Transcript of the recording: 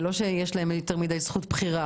זה לא שיש להם יותר מידי זכות בחירה,